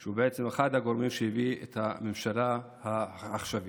שהוא בעצם אחד הגורמים שהביאו את הממשלה העכשווית.